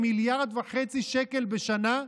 עם 1.5 מיליארד שקל בשנה?